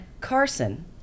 Carson